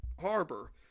harbor